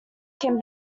can